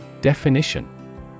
Definition